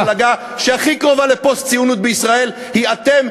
שהמפלגה שהכי קרובה לפוסט-ציונות בישראל היא אתם,